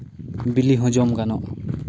ᱵᱤᱞᱤ ᱦᱚᱸ ᱡᱚᱢ ᱜᱟᱱᱚᱜᱼᱟ